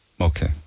Okay